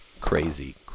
crazy